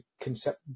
concept